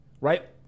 Right